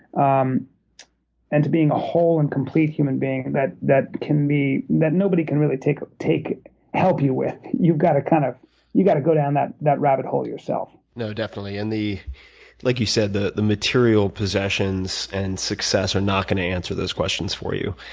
um and to being a whole and complete human being that that can be that nobody can really take take help you with. you've got to kind of you've got to go down that that rabbit hole yourself you know definitely, and the like you said, the the material possessions and success are not going to answer those questions for you.